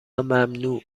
ممنوع